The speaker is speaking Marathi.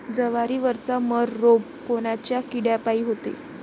जवारीवरचा मर रोग कोनच्या किड्यापायी होते?